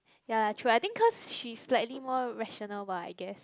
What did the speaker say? ya true I think cause she's slightly more rational bah I guess